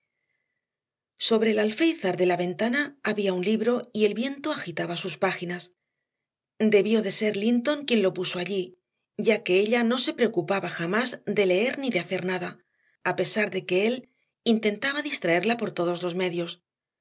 sobre el alféizar de la ventana había un libro y el viento agitaba sus páginas debió de ser linton quien lo puso allí ya que ella no se preocupaba jamás de leer ni de hacer nada a pesar de que él intentaba distraerla por todos los medios